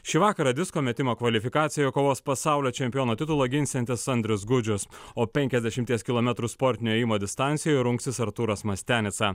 šį vakarą disko metimo kvalifikacijoje kovos pasaulio čempiono titulą ginsiantis andrius gudžius o penkiasdešimties kilometrų sportinio ėjimo distancijoj rungsis arturas mastianica